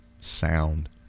sound